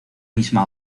misma